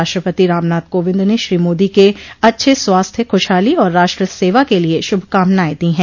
राष्ट्रपति रामनाथ कोविंद ने श्री मोदी के अच्छे स्वास्थ्य खुशहाली और राष्ट्र सेवा के लिए शुभकामनाएं दी हैं